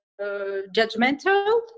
judgmental